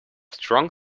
strong